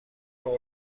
اقا